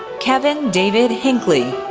kevaghn david hinckley,